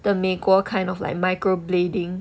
the 美国 kind of like micro blading